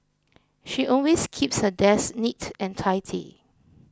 she always keeps her desk neat and tidy